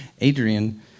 Adrian